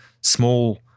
small